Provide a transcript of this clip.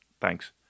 Thanks